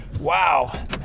wow